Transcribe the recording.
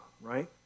right